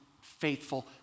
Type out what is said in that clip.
faithful